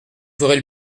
ferez